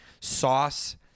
Sauce